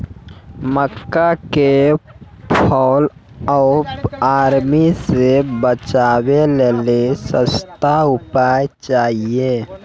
मक्का के fall of army से बचाबै लेली सस्ता उपाय चाहिए?